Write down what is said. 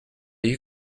you